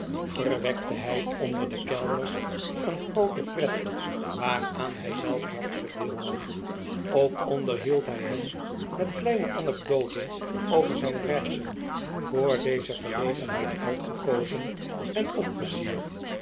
verwekte hij onder de kellners een groote pret waaraan hij zelf hartelijk deelnam ook onderhield hij hen met kleine anecdoten over zijn reizen voor deze gelegenheid uitgekozen en opgesierd